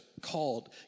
called